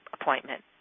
appointment